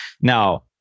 Now